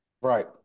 right